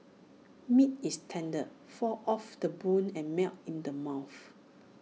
meat is tender falls off the bone and melts in the mouth